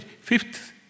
fifth